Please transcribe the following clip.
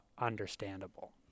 understandable